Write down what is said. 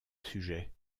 sujet